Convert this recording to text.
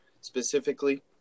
specifically